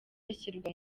bashyirwa